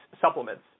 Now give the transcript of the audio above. supplements